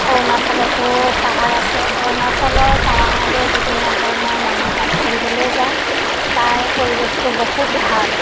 অৰুণাচলতো পাহাৰ আছে অৰুণাচলৰ টাৱাঙতেই বিভিন্ন ধৰণৰ মানুহ তাত ফুৰিবলৈ যায় তাৰ পৰিৱেশটো বহুত ভাল